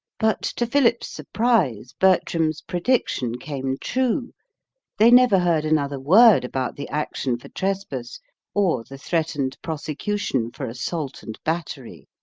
but, to philip's surprise, bertram's prediction came true they never heard another word about the action for trespass or the threatened prosecution for assault and battery.